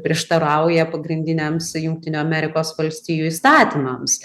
prieštarauja pagrindiniams jungtinių amerikos valstijų įstatymams